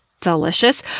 delicious